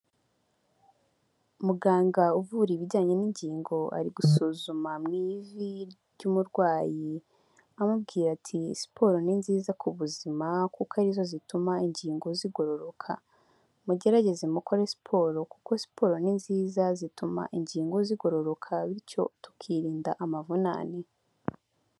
Muganga uvura ibijyanye n'ingingo ari gusuzuma mu ivi ry'umurwayi, amubwira ati "Siporo ni nziza ku buzima kuko ari zo zituma ingingo zigororoka." Mugerageze mukore siporo kuko siporo ni nziza, zituma ingingo zigororoka bityo tukirinda amavunane.